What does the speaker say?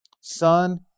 Son